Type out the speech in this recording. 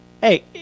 hey